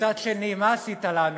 מצד שני, מה עשית לנו?